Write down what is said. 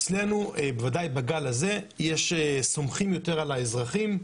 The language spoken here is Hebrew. אצלנו, בוודאי בגל הזה, סומכים יותר על האזרחים.